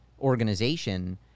organization